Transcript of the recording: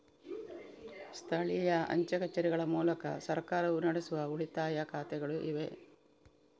ಸ್ಥಳೀಯ ಅಂಚೆ ಕಚೇರಿಗಳ ಮೂಲಕ ಸರ್ಕಾರವು ನಡೆಸುವ ಉಳಿತಾಯ ಖಾತೆಗಳು ಇವೆ